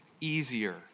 easier